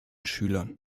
schülern